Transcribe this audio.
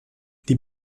die